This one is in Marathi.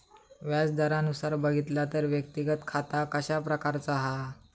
व्याज दरानुसार बघितला तर व्यक्तिगत खाता कशा प्रकारचा हा?